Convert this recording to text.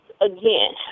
again